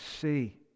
see